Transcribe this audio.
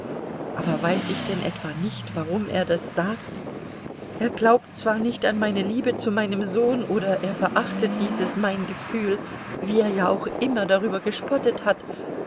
aber weiß ich denn etwa nicht warum er das sagt er glaubt zwar nicht an meine liebe zu meinem sohne oder er verachtet dieses mein gefühl wie er ja auch immer darüber gespottet hat